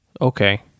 Okay